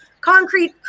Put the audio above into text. Concrete